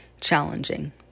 challenging